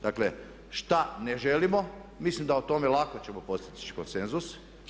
Dakle, šta ne želimo, mislim da o tome lako ćemo postići konsenzus.